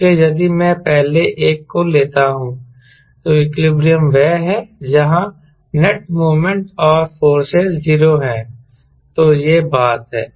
इसलिए यदि मैं पहले एक को लेता हूं तो इक्विलिब्रियम वह है जहां नेट मोमेंट और फोर्सेस 0 हैं तो यह बात है